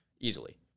easily